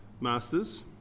Masters